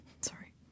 Sorry